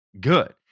good